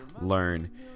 learn